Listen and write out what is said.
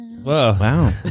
Wow